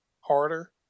harder